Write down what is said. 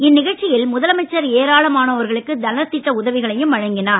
இந்நிகழ்ச்சியில் முதலமைச்சர் ஏராளமானோர்களுக்கு நலத்திட்ட உதவிகளையும் வழங்கினார்